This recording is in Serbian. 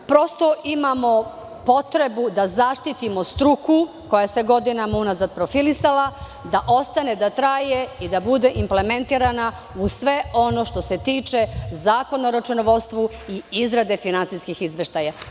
Prosto imamo potrebu da zaštitimo struku koja se godinama unazad profilisala, da ostane, da traje i da bude implementirana u sve ono što se tiče Zakona o računovodstvu i izrade finansijskih izveštaja.